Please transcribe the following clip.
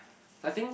I think